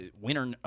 winter